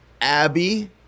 Abby